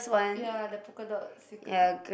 ya the polka dot sticker